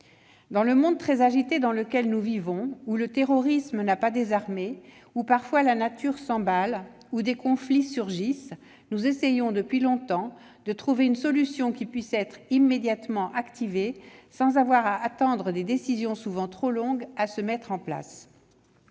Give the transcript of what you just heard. Dans le monde très agité où nous vivons, où le terrorisme n'a pas désarmé, où, parfois, la nature s'emballe, où des conflits surgissent, nous essayons depuis longtemps de trouver une solution qui puisse être immédiatement activée sans avoir à attendre des décisions souvent trop longues à se mettre en place.